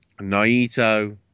Naito